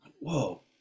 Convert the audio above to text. whoa